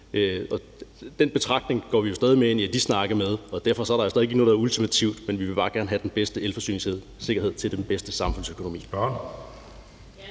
Den betragtning går vi stadig ind i de snakke med, og derfor er der ikke noget, der er ultimativt. Men vi vil bare gerne have den bedste elforsyningssikkerhed til den bedste samfundsøkonomi.